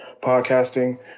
podcasting